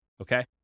okay